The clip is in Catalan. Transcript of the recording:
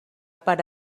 per